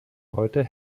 heute